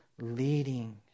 leading